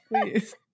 please